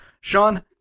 Sean